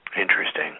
Interesting